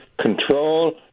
control